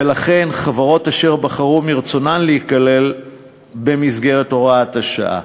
ולכן חברות בחרו מרצונן להיכלל במסגרת הוראת השעה.